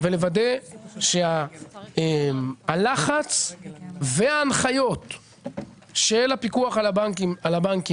ולוודא שהלחץ וההנחיות של הפיקוח על הבנקים